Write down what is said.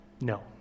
No